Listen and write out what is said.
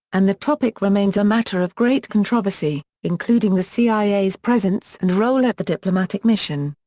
and the topic remains a matter of great controversy, including the cia's presence and role at the diplomatic mission.